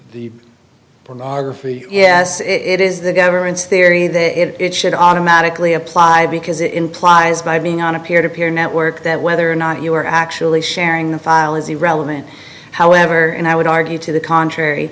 the pornography yes it is the government's theory that it should automatically apply because it implies by being on a peer to peer network that whether or not you are actually sharing the file is irrelevant however and i would argue to the contrary